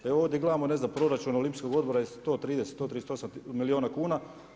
Jer ovdje di gledamo, ne znam, proračun Olimpijskog odbora je 130, 138 milijuna kuna.